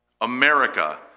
America